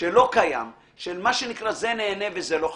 שלא קיים, של מה שנקרא, זה נהנה וזה לא חסר,